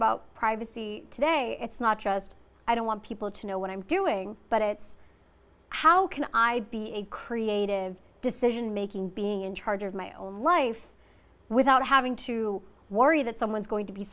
about privacy today it's not just i don't want people to know what i'm doing but it's how can i be a creative decision making being in charge of my own life without having to worry that someone's going to be